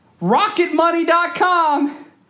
rocketmoney.com